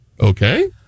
Okay